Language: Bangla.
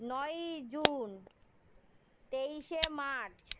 নয়ই জুন তেইশে মার্চ